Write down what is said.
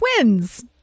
twins